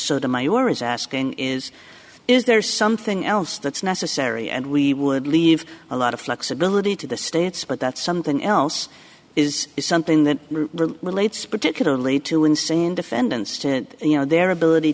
of my or is asking is is there something else that's necessary and we would leave a lot of flexibility to the states but that something else is something that relates particularly to unseen defendants to you know their ability